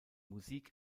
musik